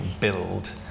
build